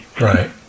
Right